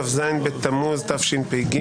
כ"ז בתמוז התשפ"ג,